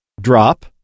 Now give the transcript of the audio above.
Drop